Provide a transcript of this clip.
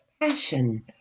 passion